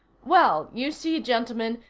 well, you see, gentlemen,